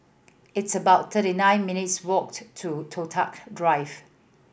it's about thirty nine minutes' walk to Toh Tuck Drive